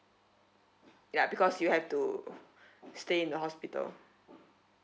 ya because you have to stay in the hospital